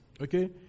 Okay